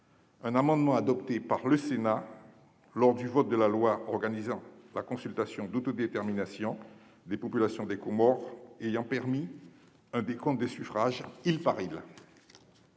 un amendement adopté par le Sénat lors du vote de la loi organisant une consultation des populations des Comores ayant permis un décompte des suffrages île par île.